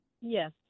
Yes